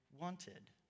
wanted